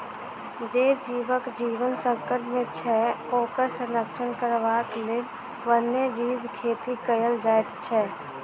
जे जीवक जीवन संकट मे छै, ओकर संरक्षण करबाक लेल वन्य जीव खेती कयल जाइत छै